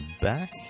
back